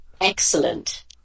Excellent